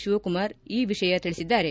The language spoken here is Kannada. ಶಿವಕುಮಾರ್ ಈ ವಿಷಯ ತಿಳಿಸಿದ್ದಾರೆ